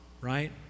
right